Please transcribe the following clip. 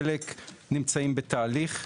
חלק נמצאים בתהליך,